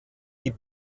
die